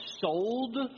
sold